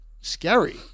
Scary